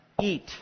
eat